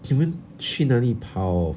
你们去哪里跑